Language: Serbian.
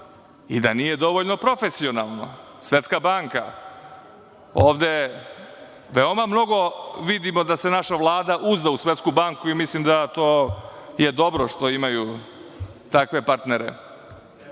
i da nije dovoljno profesionalno. Svetska banka, ovde veoma mnogo vidimo da se naša Vlada uzda u Svetsku banku i mislim da je to dobro što imaju takve partnere,